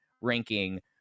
ranking